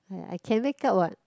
I I can makeup what